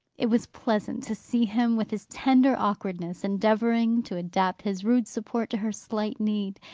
it was pleasant to see him, with his tender awkwardness, endeavouring to adapt his rude support to her slight need,